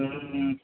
हुँ हुँ